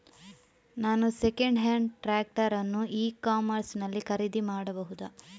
ನಾನು second hand tractor ಅನ್ನು e commerce ನಲ್ಲಿ ಖರೀದಿ ಮಾಡಬಹುದಾ?